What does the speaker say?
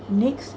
next